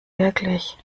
wirklich